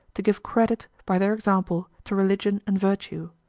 to give credit, by their example, to religion and virtue.